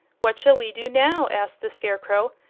what shall we do now? asked the scarecrow,